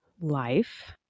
life